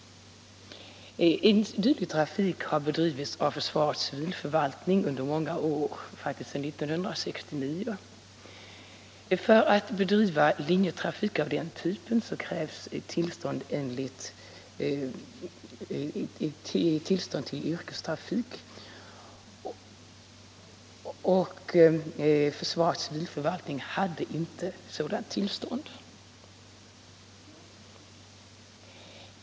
Dylik trafik har bedrivits av försvarets civilförvaltning under många år, faktiskt från 1969. För att bedriva linjetrafik av den typen krävs tillstånd till yrkestrafik, och försvarets civilförvaltning hade inte sådant tillstånd.